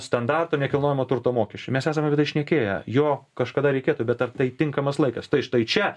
standarto nekilnojamo turto mokesčiui mes esam apie šnekėję jo kažkada reikėtų bet ar tai tinkamas laikas tai štai čia